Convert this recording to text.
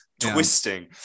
twisting